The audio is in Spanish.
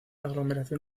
aglomeración